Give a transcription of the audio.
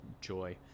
joy